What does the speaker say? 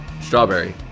Strawberry